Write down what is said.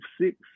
six